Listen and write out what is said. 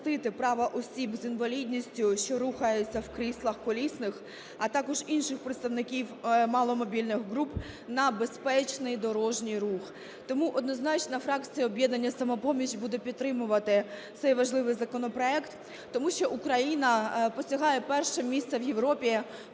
права осіб з інвалідністю, що рухаються в кріслах колісних, а також інших представників маломобільних груп на безпечний дорожній рух. Тому однозначно фракція "Об'єднання "Самопоміч" буде підтримувати цей важливий законопроект, тому що Україна посягає перше місце в Європі